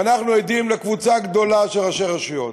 ואנחנו עדים לקבוצה גדולה של ראשי רשויות,